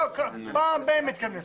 פעם ב- היא מתכנסת.